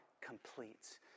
completes